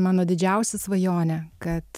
mano didžiausia svajonė kad